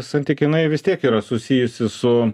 santykinai vis tiek yra susijusi su